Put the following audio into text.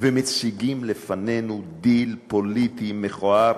ומציגים לפנינו דיל פוליטי מכוער,